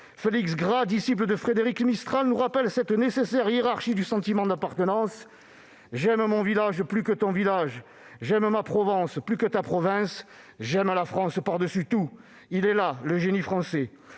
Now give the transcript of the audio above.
Félix Gras, disciple de Frédéric Mistral, nous rappelle cette nécessaire hiérarchie du sentiment d'appartenance :« J'aime mon village plus que ton village, j'aime ma Provence plus que ta province, j'aime la France plus que tout !» Il est là, le génie français